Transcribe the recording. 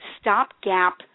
stopgap